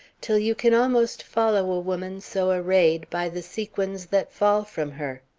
till you can almost follow a woman so arrayed by the sequins that fall from her.